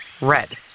Red